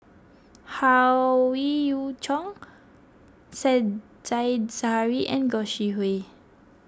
Howe Yoon Chong Said Zahari and Gog Sing Hooi